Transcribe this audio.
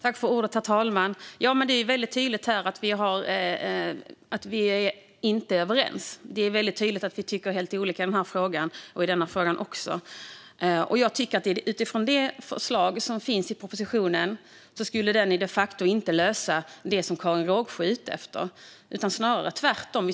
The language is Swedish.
Herr talman! Det är väldigt tydligt att vi inte är överens. Vi tycker helt olika i dessa frågor och även i denna fråga. Det förslag som finns i propositionen skulle de facto inte lösa det som Karin Rågsjö är ute efter, snarare tvärtom.